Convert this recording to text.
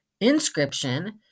inscription